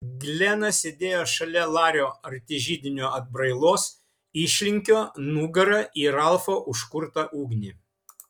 glenas sėdėjo šalia lario arti židinio atbrailos išlinkio nugara į ralfo užkurtą ugnį